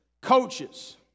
coaches